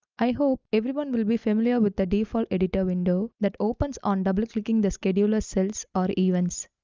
i hope, everyone will be familiar with the default editor window that opens on double clicking the scheduler cells or events.